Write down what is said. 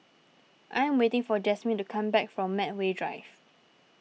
I am waiting for Jasmin to come back from Medway Drive